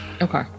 Okay